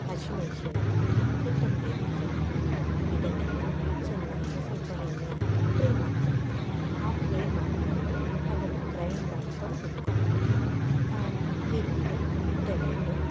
ಹಸಿ ಮೆಣಸಿನಕಾಯಿ ಕೊತ್ತಂಬರಿ ಸೊಪ್ಪು ಇದನ್ನೆಲ್ಲ ಚೆನ್ನಾಗಿ ಸಲ್ಪ ಎಣ್ಣೆ ಹಾಕಿ ಫ್ರೈ ಮಾಡ್ಕೊಳ್ಳೋದು ಆಫ್ ಫ್ರೈ ಮಾಡಿಕೊಂಡು ಅದನ್ನು ಗ್ರೈಂಡ್ ಮಾಡ್ಕೊಂಡು ಇಟ್ಕೊಳ್ಳೋದು ಆ ಈರುಳ್ಳಿ ಟೆಮೇಟೊ